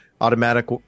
automatic